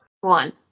one